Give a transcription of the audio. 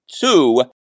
two